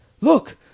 look